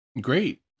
Great